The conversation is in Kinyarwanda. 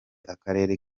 akarere